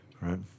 right